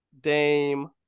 Dame